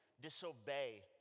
disobey